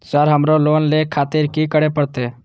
Sir हमरो loan ले खातिर की करें परतें?